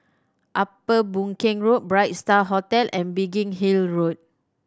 Upper Boon Keng Road Bright Star Hotel and Biggin Hill Road